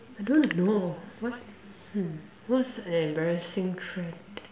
I don't know what hmm what's an embarrassing trend